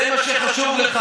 הזאת לחיזוק